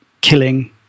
killing